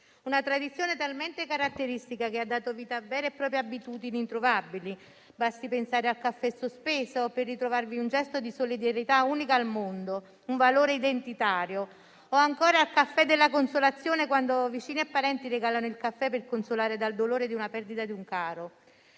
Una tradizione talmente caratteristica che ha dato vita a vere e proprie abitudini introvabili altrove. Basti pensare al caffè sospeso, per riconoscervi un gesto di solidarietà unica al mondo, un valore identitario; o ancora al caffè della consolazione, quando vicini e parenti regalano il caffè per consolare dal dolore di una perdita di un caro.